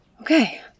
Okay